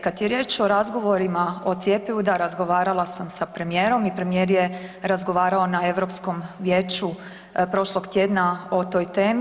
Kad je riječ o razgovorima o cjepivu, da, razgovarala sam sa premijerom, i premijer je razgovarao na EU vijeću prošlog tjedna o toj temi.